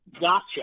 gotcha